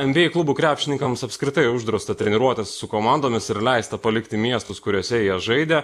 nba klubų krepšininkams apskritai uždrausta treniruotis su komandomis ir leista palikti miestus kuriuose jie žaidė